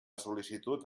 sol·licitud